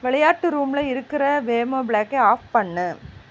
விளையாட்டு ரூமில் இருக்கிற வேமோ பிளாக்கை ஆஃப் பண்ணு